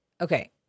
okay